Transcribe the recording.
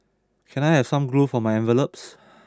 can I have some glue for my envelopes